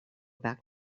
back